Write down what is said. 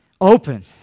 Open